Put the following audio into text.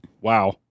Wow